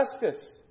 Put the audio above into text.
justice